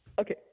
Okay